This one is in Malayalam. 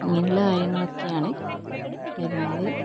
ഇങ്ങനെയുള്ള കാര്യങ്ങളൊക്കെയാണ് വരുന്നത്